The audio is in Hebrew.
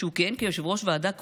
שהוא כיהן כיושב-ראש ועדה קרואה,